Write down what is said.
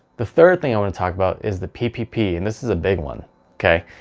the third thing i want to talk about is the ppp and this is a big one okay.